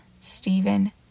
Stephen